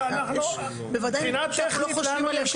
מבחינה טכנית, לנו יש...